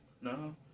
No